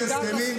אין הסכמים.